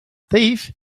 thief